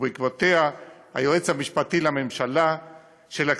בעקבותיה קבע היועץ המשפטי של הכנסת,